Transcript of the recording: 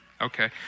Okay